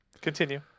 continue